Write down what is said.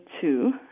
two